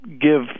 give